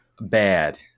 Bad